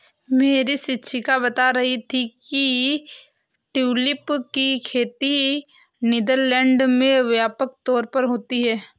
मेरी शिक्षिका बता रही थी कि ट्यूलिप की खेती नीदरलैंड में व्यापक तौर पर होती है